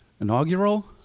inaugural